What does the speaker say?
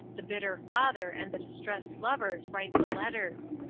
the bitter father and the distressed lovers write the letters.